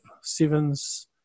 Sevens